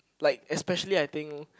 like especially I think